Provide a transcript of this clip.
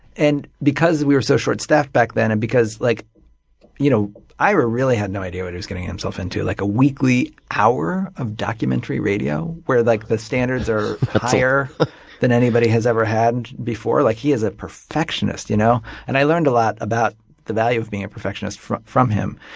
and because we were so short staffed back then, and because like you know ira really had no idea what he was getting himself into, like a weekly hour of documentary radio where like the standards are higher than anybody has ever had before. like he is a perfectionist. you know and i learned a lot about the value of being a perfectionist from from him.